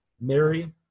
mary